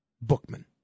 Bookman